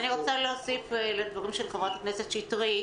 אני רוצה להוסיף לדברים של חברת הכנסת שטרית,